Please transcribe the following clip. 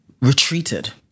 retreated